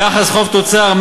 יחס חוב תוצר,